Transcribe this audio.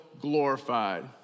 glorified